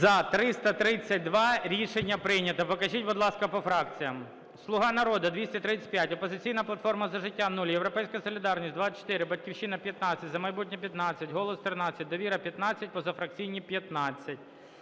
За-332 Рішення прийнято. Покажіть, будь ласка, по фракціях. "Слуга народу" – 235, "Опозиційна платформа - За життя" – 0, "Європейська солідарність" – 24, "Батьківщина" – 15, "За майбутнє" – 15, "Голос" – 13, "Довіра" – 15, позафракційні – 15.